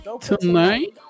tonight